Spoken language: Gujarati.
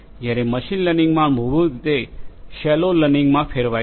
જ્યારે મશીન લર્નિંગમાં મૂળભૂત રીતે શેલો લર્નિંગ માં ફેરવાય છે